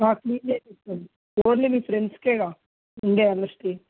clean చేయిస్తాము only మీ ఫ్రెండ్స్కేగా ఉండేది